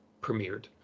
premiered